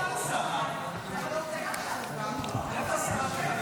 איפה השרה?